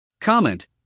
Comment